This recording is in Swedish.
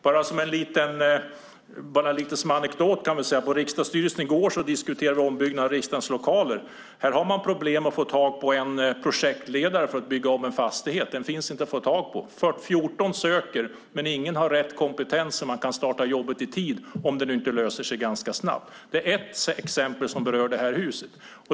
Bara som en liten anekdot kan jag nämna att vi på riksdagsstyrelsens sammanträde i går diskuterade ombyggnaden av riksdagens lokaler. Där har man problem med att få tag på en projektledare för att bygga om en fastighet. En sådan finns inte att få tag på. 14 söker, men ingen har rätt kompetens så att det går att starta jobbet i tid, om det inte löser sig ganska snabbt. Det är ett exempel som berör det här huset.